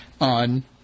on